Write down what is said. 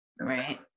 Right